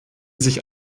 sich